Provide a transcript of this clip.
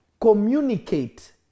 communicate